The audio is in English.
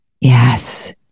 Yes